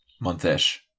Month-ish